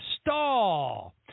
stall